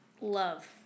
love